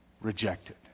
Rejected